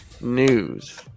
news